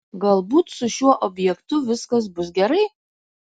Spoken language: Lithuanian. galbūt su šiuo objektu viskas bus gerai